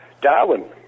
Darwin